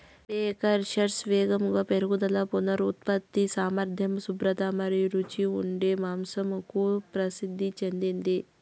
Berkshires వేగంగా పెరుగుదల, పునరుత్పత్తి సామర్థ్యం, శుభ్రత మరియు రుచిగా ఉండే మాంసంకు ప్రసిద్ధి చెందింది